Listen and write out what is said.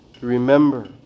Remember